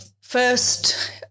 first